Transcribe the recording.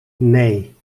nee